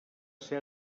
ser